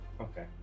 Okay